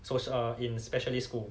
soci~ uh in specialist school